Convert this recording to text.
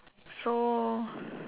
so